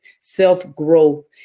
self-growth